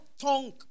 tongue